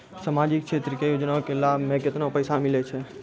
समाजिक क्षेत्र के योजना के लाभ मे केतना पैसा मिलै छै?